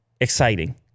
exciting